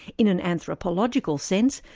in an anthropological sense,